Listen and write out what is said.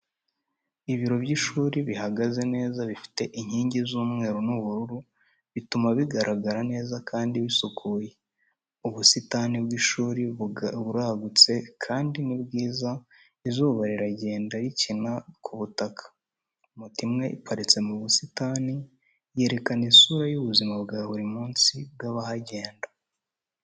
Ibiro by’ishuri bihagaze neza, bifite inkingi z’umweru n’ubururu, bituma bigaragara neza kandi bisukuye. Ubusitani bw’ishuri buragutse kandi ni bwiza, izuba rigenda rikina ku butaka. Moto imwe iparitse mu busitani, yerekana isura y’ubuzima bwa buri munsi bw’abahagenda.